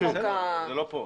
אבל זה לא פה.